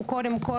הוא קודם כל,